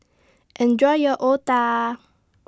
Enjoy your Otah